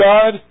God